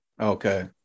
Okay